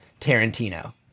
Tarantino